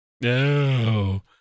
No